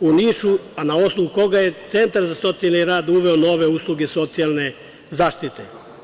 u Nišu, a na osnovu koga je Centar za socijalni rad uveo nove usluge socijalne zaštite.